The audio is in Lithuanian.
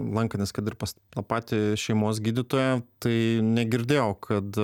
lankantis kad ir pas tą patį šeimos gydytoją tai negirdėjau kad